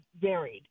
varied